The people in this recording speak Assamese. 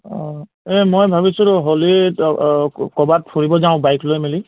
অঁ এই মই ভাবিছিলোঁ হ'লীত ক'ৰবাত ফুৰিব যাওঁ বাইক লৈ মেলি